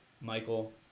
Michael